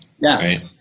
Yes